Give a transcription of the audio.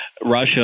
Russia